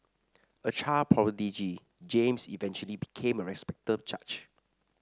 a child prodigy James eventually became a respected judge